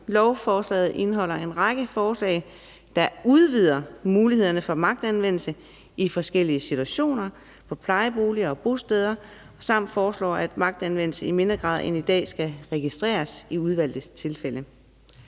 Lovforslaget indeholder en række forslag, der udvider mulighederne for magtanvendelse i forskellige situationer i plejeboliger og på bosteder, og det foreslås, at magtanvendelse i mindre grad end i dag skal registreres i udvalgte tilfælde.